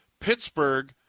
Pittsburgh